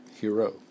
hero